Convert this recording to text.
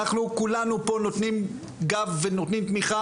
אנחנו כולנו פה נותנים גב ונותנים תמיכה